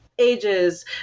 ages